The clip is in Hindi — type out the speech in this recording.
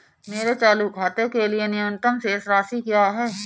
मेरे चालू खाते के लिए न्यूनतम शेष राशि क्या है?